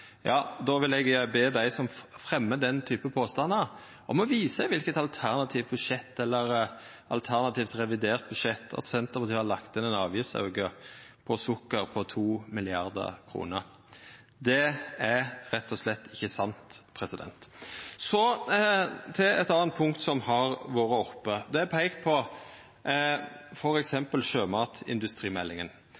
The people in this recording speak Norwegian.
Då vil eg be dei som fremjar den typen påstandar, om å visa i kva alternativt budsjett eller alternativt revidert budsjett Senterpartiet har lagt inn ein avgiftsauke på sukker på 2 mrd. kr. Det er rett og slett ikkje sant. Så til eit anna punkt som har vore oppe: Det har vore peika på